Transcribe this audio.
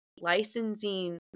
licensing